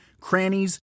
crannies